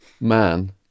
man